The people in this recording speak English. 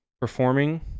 performing